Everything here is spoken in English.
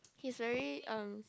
he's very um